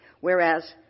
whereas